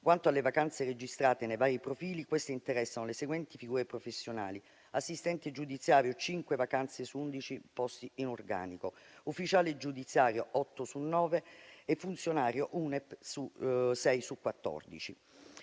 Quanto alle vacanze registrate nei vari profili, queste interessano le seguenti figure professionali: assistente giudiziario, 5 vacanze su 11 posti in organico; ufficiale giudiziario, 8 su 9 e funzionario UNEP 6 su 14.